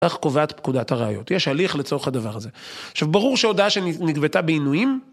איך קובעת פקודת הראיות? יש הליך לצורך הדבר הזה. עכשיו, ברור שהודעה שנקבטה בעינויים